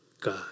God